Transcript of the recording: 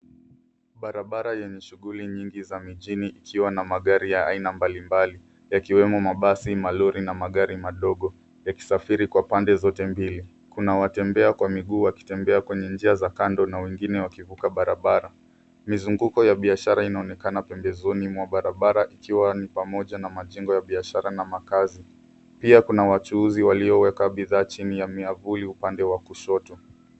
Barabara yenye shughuli nyingi za mijini ikiwa na magari ya aina mbalimbali yakiwemo mabasi, malori na magari madogo yakisafiri kwa pande zote mbili. Kuna watembea kwa miguu wakitembea kwenye njia za kando na wengine wakivuka barabara. Mizunguko ya biashara inaonekana pembezoni mwa barabara ikiwa ni pamoja na majengo ya biashara na makazi. Pia kuna wachuuzi walioweka bidhaa chini ya miavuli upande wa kushoto.